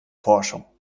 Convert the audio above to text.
forschung